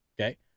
okay